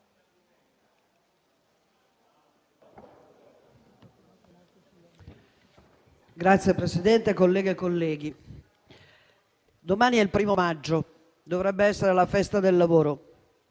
Signor Presidente, colleghe e colleghi, domani è il 1° maggio: dovrebbe essere la Festa del lavoro,